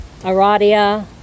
Aradia